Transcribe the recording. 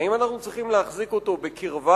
האם אנחנו צריכים להחזיק אותו בקרבה